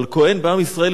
אבל כוהן בעם ישראל,